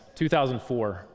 2004